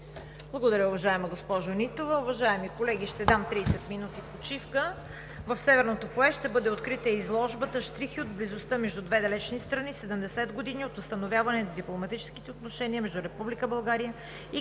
Благодаря, уважаема госпожо Нитова. Уважаеми колеги, ще дам 30 минути почивка. В Северното фоайе ще бъде открита изложбата „Щрихи от близостта между две далечни страни – 70 години от установяване на дипломатическите отношения между Република България и Китайската